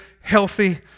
healthy